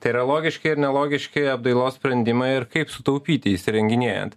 tai yra logiški ir nelogiški apdailos sprendimai ir kaip sutaupyti įsirenginėjant